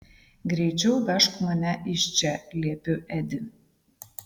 greičiau vežk mane iš čia liepiu edi